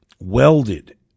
welded